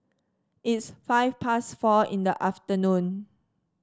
its five past four in the afternoon